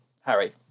Harry